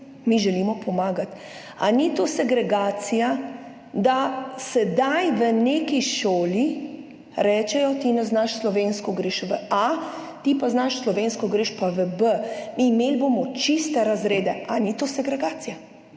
Mi želimo pomagati. Ali ni to segregacija, da sedaj v neki šoli rečejo, ti ne znaš slovensko, greš v a, ti pa znaš slovensko, greš pa v b. Imeli bomo čiste razrede. Ali ni to segregacija?